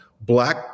black